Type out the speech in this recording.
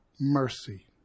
mercy